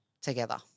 together